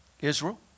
Israel